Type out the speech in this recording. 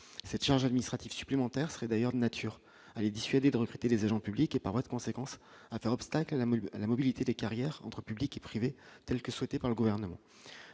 cette charge administrative supplémentaire serait d'ailleurs de nature à les dissuader de recruter des agents publics et par voie de conséquence, interrompent sac à la mode à la mobilité des carrières entre public et privé, telle que souhaitée par le gouvernement,